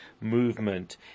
movement